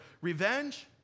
revenge